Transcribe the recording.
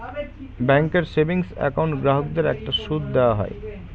ব্যাঙ্কের savings account গ্রাহকদের একটা সুদ দেওয়া হয়